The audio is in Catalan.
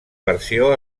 versió